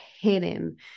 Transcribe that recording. hidden